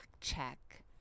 check